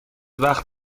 وقت